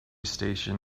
station